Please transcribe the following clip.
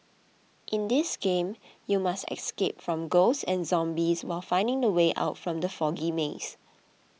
in this game you must escape from ghosts and zombies while finding the way out from the foggy maze